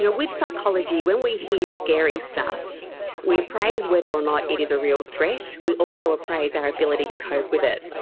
ah with psychology, when we hear scary stuff we appraise whether or not it is a real threat, we also appraise our ability to cope with it.